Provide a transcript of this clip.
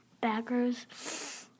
backers